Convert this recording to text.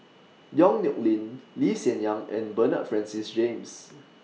Yong Nyuk Lin Lee Hsien Yang and Bernard Francis James